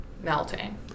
melting